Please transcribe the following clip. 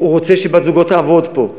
הוא רוצה שבת-זוגו תעבוד פה,